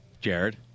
Jared